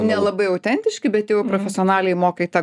nelabai autentiški bet jau profesionaliai moka į tą